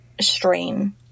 strain